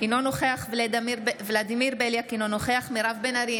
אינו נוכח ולדימיר בליאק, אינו נוכח